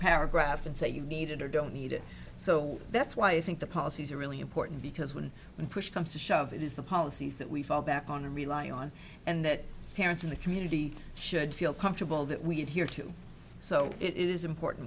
paragraph and say you need it or don't need it so that's why i think the policies are really important because when push comes to shove it is the policies that we fall back on and rely on and that parents in the community should feel comfortable that we need here too so it is important